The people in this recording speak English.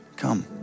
Come